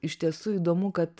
iš tiesų įdomu kad